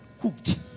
cooked